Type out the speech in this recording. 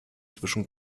zwischen